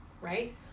right